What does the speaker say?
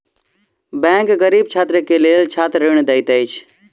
bank गरीब छात्र के लेल छात्र ऋण दैत अछि